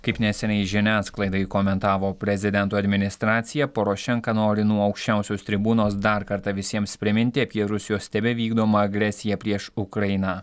kaip neseniai žiniasklaidai komentavo prezidento administracija porošenka nori nuo aukščiausios tribūnos dar kartą visiems priminti apie rusijos tebevykdomą agresiją prieš ukrainą